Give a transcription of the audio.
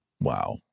Wow